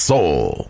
Soul